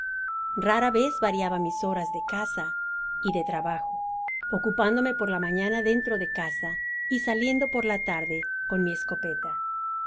rara vez variaba mis horas de caza y de trabajo ocupándome por la mañana dentro de casa y saliendo por la tarde con mi escopeta